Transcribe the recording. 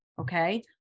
Okay